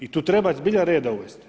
I tu treba zbilja reda uvesti.